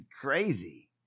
Crazy